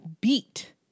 beat